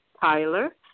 Tyler